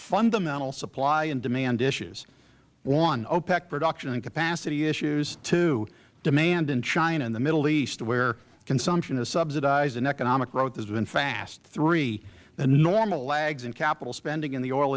fundamental supply and demand issues one opec production and capacity issues two demand in china the middle east where consumption is subsidized and economic growth has been fast three the normal lags in capital spending in the oil